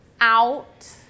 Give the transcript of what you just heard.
Out